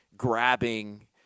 grabbing